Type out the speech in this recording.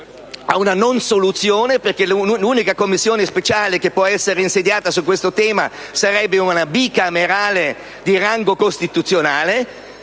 a una non soluzione, poiché l'unica Commissione speciale che può essere insediata per affrontare questo tema è una Bicamerale di rango costituzionale,